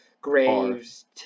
Graves